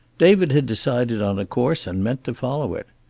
david had decided on a course and meant to follow it.